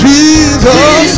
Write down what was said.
Jesus